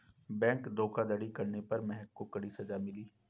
bank धोखाधड़ी करने पर महक को कड़ी सजा मिली